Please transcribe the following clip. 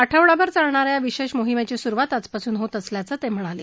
आठवडाभर चालणा या या विशेष मोहिमेची सुरुवात आजपासून होत असल्याचं ते म्हणाले